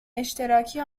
اشتراکی